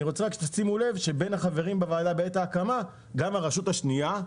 אני רוצה שתשימו לב שבין החברים בוועדה בעת ההקמה היו גם הרשות השנייה,